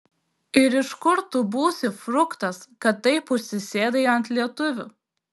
ir iš kur tu būsi fruktas kad taip užsisėdai ant lietuvių